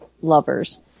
lovers